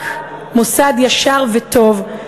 רק מוסד ישר וטוב,